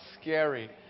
scary